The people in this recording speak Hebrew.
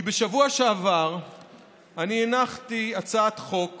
כי בשבוע שעבר הנחתי הצעת חוק